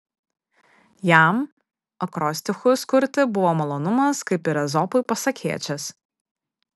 jam akrostichus kurti buvo malonumas kaip ir ezopui pasakėčias